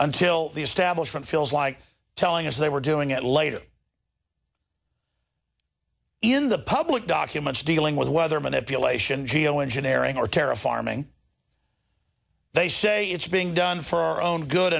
until the establishment feels like telling us they were doing it later in the public documents dealing with weather manipulation geo engineering or terra forming they say it's being done for our own good